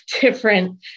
different